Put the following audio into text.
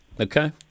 Okay